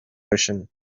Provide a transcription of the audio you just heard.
ocean